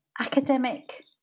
academic